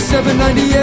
798